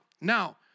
Now